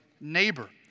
neighbor